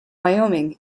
wyoming